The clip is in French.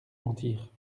mentir